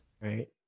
right